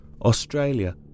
Australia